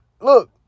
Look